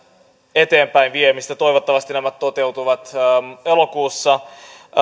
eteenpäinviemistä toivottavasti nämä toteutuvat elokuussa